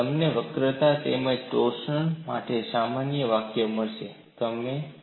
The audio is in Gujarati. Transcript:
તમને વક્રતા તેમજ ટોર્સિયન માટે સમાન વાકય મળશે